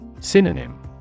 Synonym